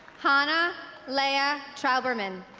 hannah leah trauberman